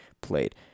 played